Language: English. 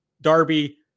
Darby